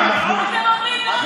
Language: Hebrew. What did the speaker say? זה מס שפתיים.